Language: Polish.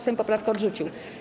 Sejm poprawkę odrzucił.